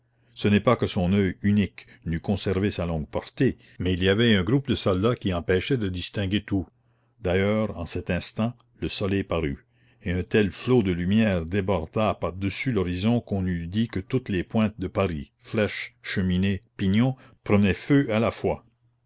ce n'est pas que son oeil unique n'eût conservé sa longue portée mais il y avait un gros de soldats qui empêchait de distinguer tout d'ailleurs en cet instant le soleil parut et un tel flot de lumière déborda par-dessus l'horizon qu'on eût dit que toutes les pointes de paris flèches cheminées pignons prenaient feu à la fois